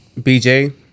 BJ